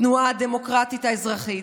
התנועה הדמוקרטית האזרחית,